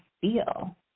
feel